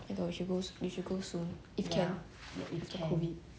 I thought we should go we should go soon if can